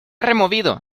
removido